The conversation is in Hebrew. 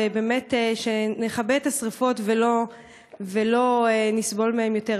ובאמת שנכבה את השרפות ולא נסבול מהן יותר.